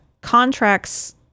contracts